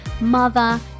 mother